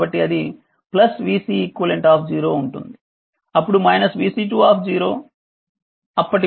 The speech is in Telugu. కాబట్టి అది vCeq ఉంటుంది అప్పుడు vC2 అప్పటి vC1 0